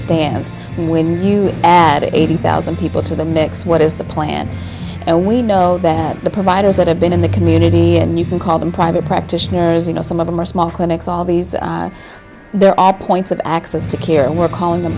and when you add eighty thousand people to the mix what is the plan and we know that the providers that have been in the community and you can call them private practitioners you know some of them are small clinics all these there are points of access to care and we're calling the